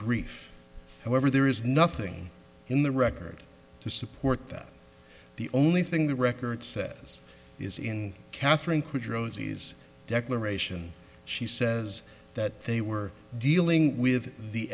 brief however there is nothing in the record to support that the only thing the record says is in katherine quadros he's declaration she says that they were dealing with the